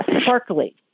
sparkly